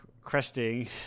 cresting